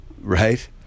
Right